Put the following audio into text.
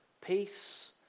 peace